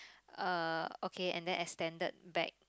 uh okay and then extended back